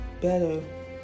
better